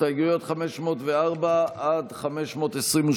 הסתייגויות 504 528,